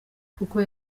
kuko